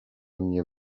mnie